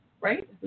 right